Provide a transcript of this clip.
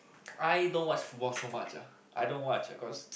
I don't watch football so much ah I don't watch cause